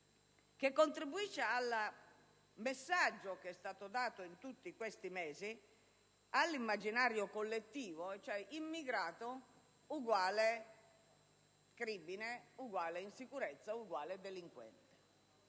che contribuisce al messaggio dato in tutti questi mesi all'immaginario collettivo, che è il seguente: immigrato uguale crimine, uguale insicurezza, uguale delinquenza.